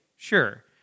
Sure